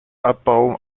abbau